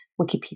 Wikipedia